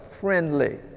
friendly